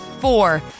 Four